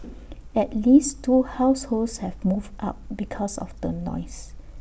at least two households have moved out because of the noise